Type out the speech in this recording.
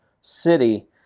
city